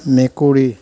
মেকুৰী